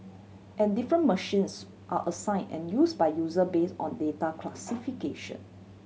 and different machines are assign and use by user base on data classification